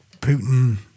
Putin